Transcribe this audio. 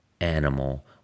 animal